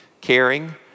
caring